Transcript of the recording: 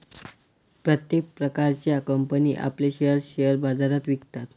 प्रत्येक प्रकारच्या कंपनी आपले शेअर्स शेअर बाजारात विकतात